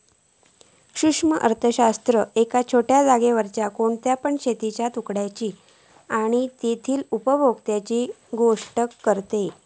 सूक्ष्म अर्थशास्त्र एका छोट्या जागेवरच्या कोणत्या पण शेतीच्या तुकड्याची आणि तेच्या उपभोक्त्यांची गोष्ट करता